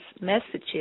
messages